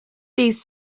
these